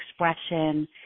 expression